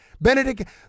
Benedict